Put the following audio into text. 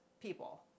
people